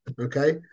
Okay